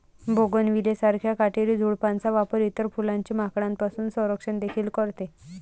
bougainvillea सारख्या काटेरी झुडपांचा वापर इतर फुलांचे माकडांपासून संरक्षण देखील करते